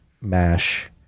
MASH